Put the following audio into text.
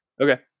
okay